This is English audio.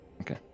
okay